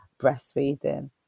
breastfeeding